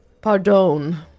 pardon